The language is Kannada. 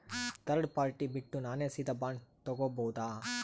ಥರ್ಡ್ ಪಾರ್ಟಿ ಬಿಟ್ಟು ನಾನೇ ಸೀದಾ ಬಾಂಡ್ ತೋಗೊಭೌದಾ?